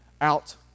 out